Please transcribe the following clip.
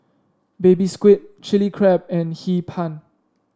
Baby Squid Chili Crab and Hee Pan